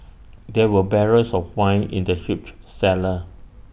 there were barrels of wine in the huge cellar